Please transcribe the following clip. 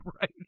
right